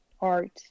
art